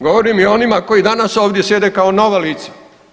Govorim i onima koji danas ovdje sjede kao nova lica.